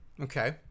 Okay